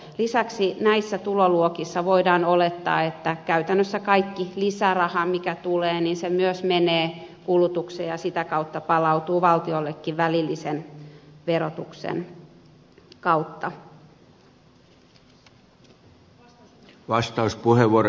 lisäksi näissä tuloluokissa voidaan olettaa että käytännössä kaikki lisäraha mikä tulee myös menee kulutukseen ja sitä kautta palautuu valtiollekin välillisen verotuksen kautta